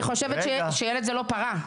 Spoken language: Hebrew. אני חושבת שילד זה לא פרה.